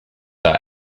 are